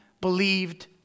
believed